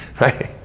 right